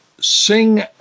Sing